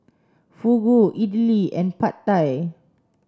Fugu Idili and Pad Thai